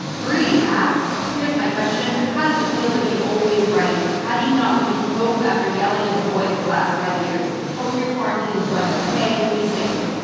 rudy asks, here's my question. how does it feel to be always right? how do you not lose hope after yelling into the void for the last five years? hope your quarantine is going okay. be safe.